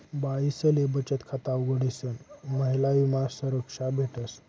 बाईसले बचत खाता उघडीसन महिला विमा संरक्षा भेटस